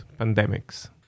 pandemics